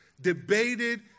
debated